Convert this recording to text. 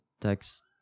Text